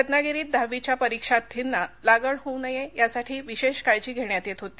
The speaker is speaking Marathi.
रत्नागिरीत दहावीच्या परिक्षार्थींना लागण होऊ नये यासाठी विशेष काळजी घेण्यात येत होती